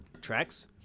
Tracks